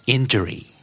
Injury